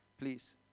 Please